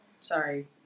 Sorry